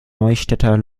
neustädter